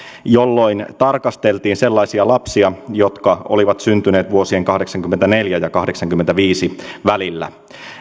jolloin tarkasteltiin sellaisia lapsia jotka olivat syntyneet vuosien kahdeksankymmentäneljä ja kahdeksankymmentäviisi välillä